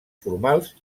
formals